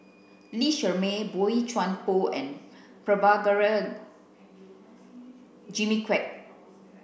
Lee Shermay Boey Chuan Poh and Prabhakara Jimmy Quek